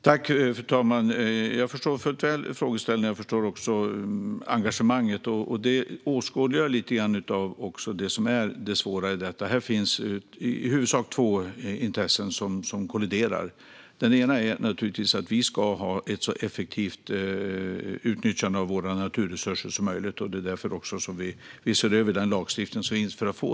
Fru talman! Jag förstår fullt ut frågeställningen och engagemanget. Det åskådliggör också lite grann av det svåra i detta. Här finns i huvudsak två intressen som kolliderar. Det ena är att vi ska ha ett så effektivt utnyttjande av våra naturresurser som möjligt. Det är också därför vi ser över den lagstiftning som finns.